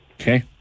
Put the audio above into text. Okay